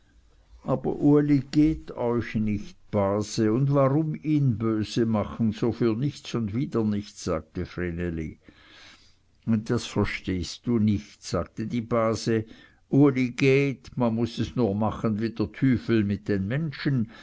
aber uli geht euch nicht base und warum ihn böse machen so für nichts und wieder nichts sagte vreneli das verstehst du nicht sagte die base uli geht man muß es nur machen wie der tüfel mit den menschen